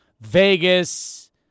Vegas